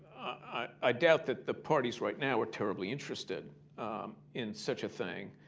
i doubt that the parties right now are terribly interested in such a thing.